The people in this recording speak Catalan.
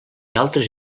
altres